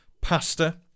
Pasta